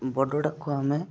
ବଡ଼ଟାକୁ ଆମେ